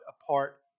apart